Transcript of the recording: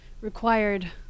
required